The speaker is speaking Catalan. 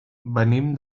venim